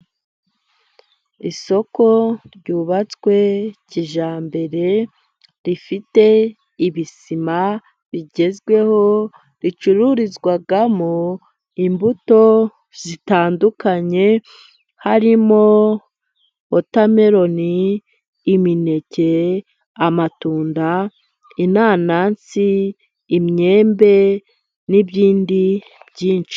Isoko ryubatswe kijyambere, rifite ibisima bigezweho, ricururizwamo imbuto zitandukanye, harimo wotameroni, imineke, amatunda, inanasi, imyembe, n'ibindi byinshi.